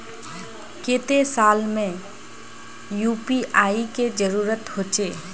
केते साल में यु.पी.आई के जरुरत होचे?